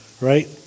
right